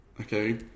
Okay